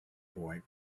point